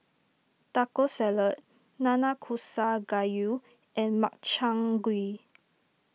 Taco Salad Nanakusa Gayu and Makchang Gui